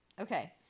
Okay